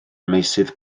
meysydd